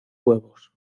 huevos